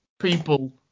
people